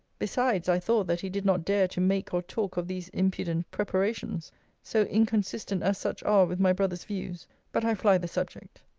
besides, i thought that he did not dare to make or talk of these impudent preparations so inconsistent as such are with my brother's views but i fly the subject.